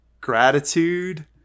gratitude